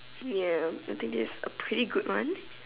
ya I think this is a pretty good one